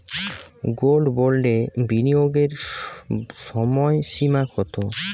Gold বন্ডে বিনিয়োগের সময়সীমা কতো?